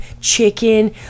chicken